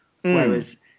Whereas